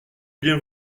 bien